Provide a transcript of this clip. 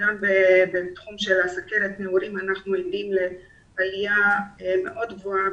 גם בתחום של סוכרת נעורים אנחנו עדים לעלייה מאוד גבוהה